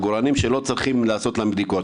מהעגורנים שמגיעים לארץ ללא בדיקות